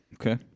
Okay